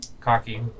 cocky